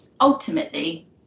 ultimately